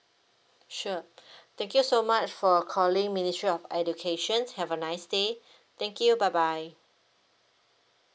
sure thank you so much for calling ministry of education have a nice day thank you bye bye